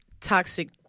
toxic